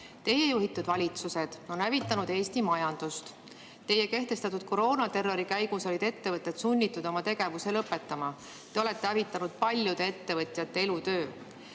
Teie juhitud valitsused on hävitanud Eesti majandust. Teie kehtestatud koroonaterrori käigus olid ettevõtted sunnitud oma tegevuse lõpetama. Te olete hävitanud paljude ettevõtjate elutöö.